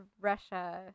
Russia